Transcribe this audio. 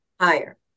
higher